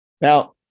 Now